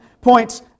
points